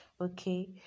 Okay